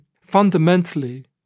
fundamentally